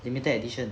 limited edition